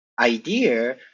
idea